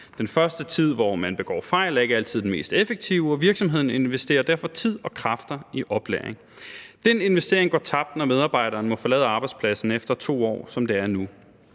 Den første tid, hvor man begår fejl, er ikke altid den mest effektive, og virksomheden investerer derfor tid og kræfter i oplæring. Den investering går tabt, når medarbejderen må forlade arbejdspladsen efter 2 år, som det er nu.